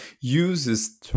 uses